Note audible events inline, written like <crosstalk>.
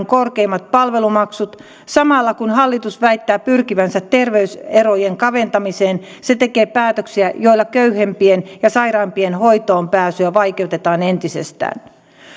<unintelligible> korkeimmat palvelumaksut samalla kun hallitus väittää pyrkivänsä terveyserojen kaventamiseen se tekee päätöksiä joilla köyhempien ja sairaampien hoitoonpääsyä vaikeutetaan entisestään